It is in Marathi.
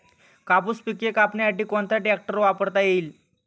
कापूस पिके कापण्यासाठी कोणता ट्रॅक्टर वापरता येईल?